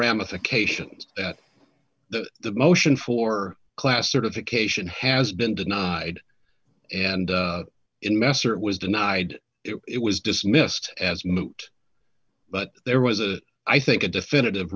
ramifications that the the motion for class certification has been denied and in messer was denied it was dismissed as moot but there was a i think a definitive